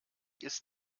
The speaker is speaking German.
ist